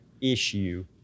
issue